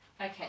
Okay